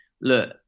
look